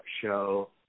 show